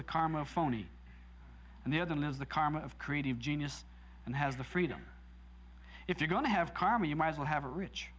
the karma phoney and the other lives the karma of creative genius and has the freedom if you're going to have karma you might as well have a rich